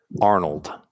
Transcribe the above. arnold